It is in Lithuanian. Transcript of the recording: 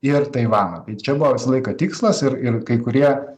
ir taivaną tai čia buvo visą laiką tikslas ir ir kai kurie